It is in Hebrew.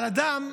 אדם,